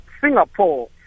Singapore